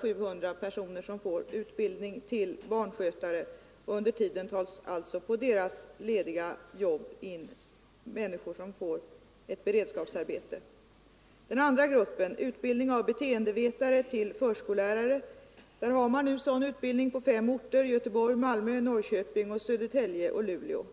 700 personer får utbildning till barnskötare. Under tiden tas alltså arbetslösa in på deras lediga jobb och får på det sättet ett beredskapsarbete. Den andra är utbildning av beteendevetare till förskollärare. Man har nu sådan på fem orter: Göteborg, Malmö, Norrköping, Södertälje och Luleå.